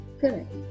correct